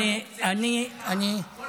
אשריך,